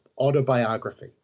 autobiography